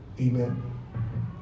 Amen